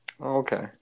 Okay